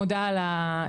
מודה להתכנסות הזאת היום.